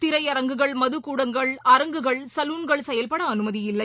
திரையரங்குகள் மதுக்கூடங்கள் அரங்குகள் சலுன்கள் செயல்படஅனுமதி இல்லை